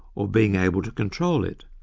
or being able to control it.